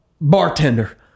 bartender